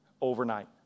overnight